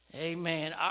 Amen